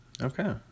Okay